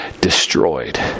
destroyed